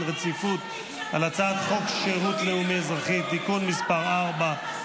רציפות על הצעת חוק שירות לאומי-אזרחי (תיקון מס' 4),